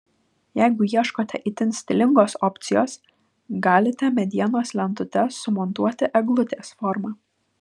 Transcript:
jeigu ieškote itin stilingos opcijos galite medienos lentutes sumontuoti eglutės forma